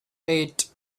eight